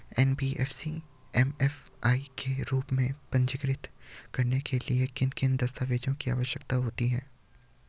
NBFC MFI के रूप में पंजीकृत कराने के लिए किन किन दस्तावेज़ों की आवश्यकता होती है?